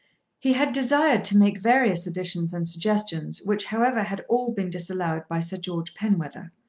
he had desired to make various additions and suggestions which however had all been disallowed by sir george penwether.